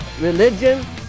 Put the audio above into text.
religion